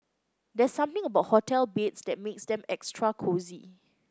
there's something about hotel beds that makes them extra cosy